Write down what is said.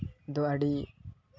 ᱫᱚ ᱟᱹᱰᱤ